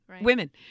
women